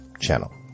channel